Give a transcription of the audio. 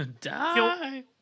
Die